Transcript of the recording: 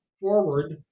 forward